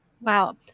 Wow